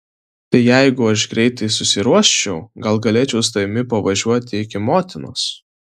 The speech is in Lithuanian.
tai jeigu aš greitai susiruoščiau gal galėčiau su tavimi pavažiuoti iki motinos